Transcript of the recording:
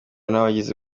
n’abagize